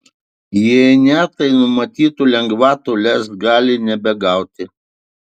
jei ne tai numatytų lengvatų lez gali ir nebegauti